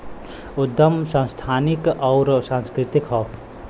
उदगम संस्थानिक अउर सांस्कृतिक हौ